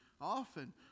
often